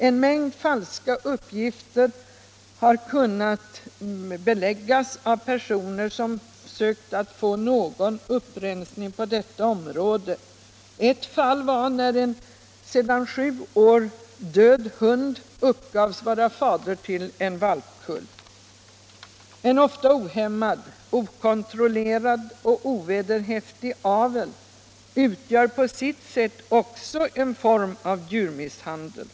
En mängd falska uppgifter har kunnat beläggas av personer som sökt få någon upprensning på detta område. I ett fall uppgavs en sedan sju år död hund vara fader till en valp. En ohämmad, okontrollerad och ovederhäftig avel utgör på sitt sätt också en form av djurmisshandel.